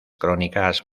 crónicas